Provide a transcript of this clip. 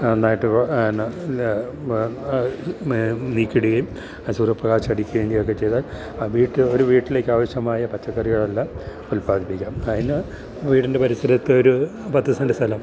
നന്നായിട്ട് ന നീക്കിയിടുകയും അതു സൂര്യപ്രകാശം അടിക്കുകയും ഒക്കെ ചെയ്താൽ വീട്ടില് ഒരു വീട്ടിലേക്ക് ആവശ്യമായ പച്ചക്കറികളെല്ലാം ഉൽപാദിപ്പിക്കാം അതിന് വീടിൻ്റെ പരിസരത്ത് ഒരു പത്ത് സെന്റ് സ്ഥലം